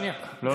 שנייה, במחילה.